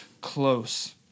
close